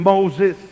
Moses